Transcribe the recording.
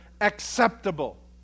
acceptable